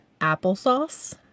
applesauce